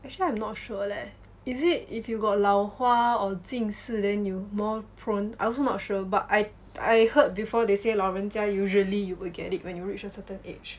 actually I'm not sure leh is it if you got 老花 or 近视 then you more prone I also not sure but I I heard before they say 老人家 usually you will get it when you reach a certain age